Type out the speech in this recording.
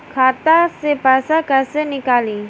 खाता से पैसा कैसे नीकली?